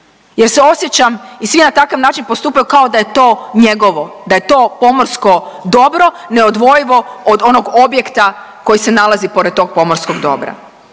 jer se osjećam i svi na takav način postupaju kao da je to njegovo, da je to pomorsko dobro neodvojivo od onog objekta koji se nalazi pored tog pomorskog dobra.